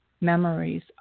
Memories